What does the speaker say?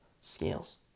Scales